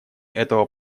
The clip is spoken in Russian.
этого